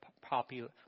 popular